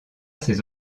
ses